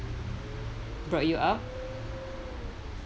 brought you up